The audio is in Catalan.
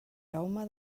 jaume